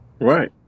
right